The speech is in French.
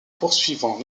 poursuivant